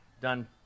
done